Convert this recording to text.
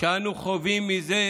שאנו חווים מזה